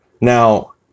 Now